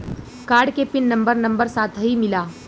Card के PIN number number साथही मिला?